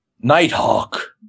Nighthawk